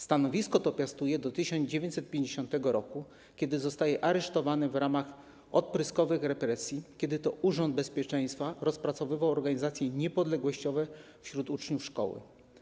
Stanowisko to piastował do 1950 r., gdy został aresztowany w ramach odpryskowych represji, kiedy to Urząd Bezpieczeństwa rozpracowywał organizacje niepodległościowe wśród uczniów szkoły.